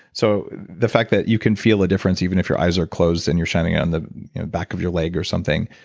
so the fact that you can feel a difference even if your eyes are closed and you're shining it on the back of your leg or something,